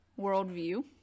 worldview